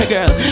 Girl